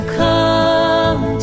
come